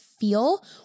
feel